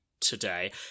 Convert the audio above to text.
today